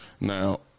Now